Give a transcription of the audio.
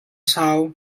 sau